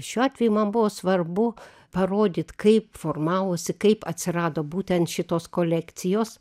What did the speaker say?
šiuo atveju man buvo svarbu parodyt kaip formavosi kaip atsirado būtent šitos kolekcijos